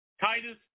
Titus